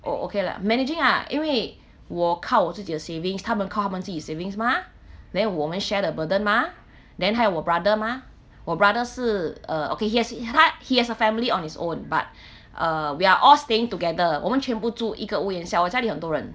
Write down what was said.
oh okay lah managing ah 因为我靠我自己的 savings 他们靠他们自己 savings mah then 我们 share the burden mah then 还有我 brother mah 我 brother 是 err okay yes he ha~ he has a family on his own but uh we are all staying together 我们全部租一个屋檐下我家里很多人